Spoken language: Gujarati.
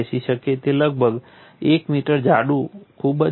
તે લગભગ 1 મીટર જાડું ખૂબ જ મોટું છે